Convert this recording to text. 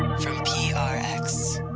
from prx